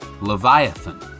Leviathan